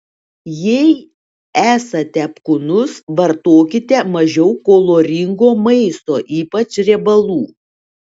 jei esate apkūnus vartokite mažiau kaloringo maisto ypač riebalų